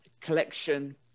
collection